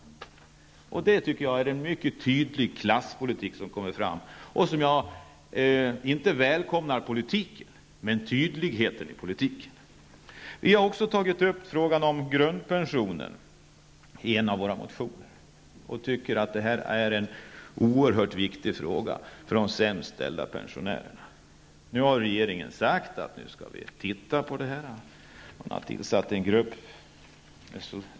Det är en mycket tydlig klasspolitik som kommer fram. Jag välkomnar inte politiken men däremot tydligheten i politiken. Vi har också tagit upp frågan om grundpensionen i en av våra motioner. Det är en oerhört viktig fråga för de sämst ställda pensionärerna. Regeringen har sagt att den skall se över denna fråga. Regeringen har också tillsatt en grupp.